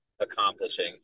accomplishing